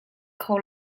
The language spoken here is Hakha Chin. kho